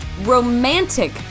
romantic